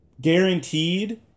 guaranteed